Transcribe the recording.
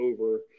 over